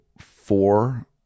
four